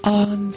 on